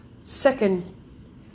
second